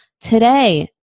today